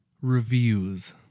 Reviews